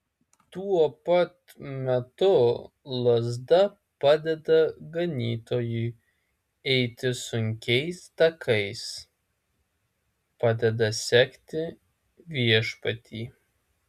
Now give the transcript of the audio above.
tuo pat metu lazda padeda ganytojui eiti sunkiais takais padeda sekti viešpatį